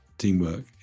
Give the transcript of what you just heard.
Teamwork